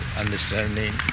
understanding